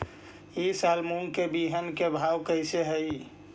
ई साल मूंग के बिहन के भाव कैसे हई?